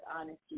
honesty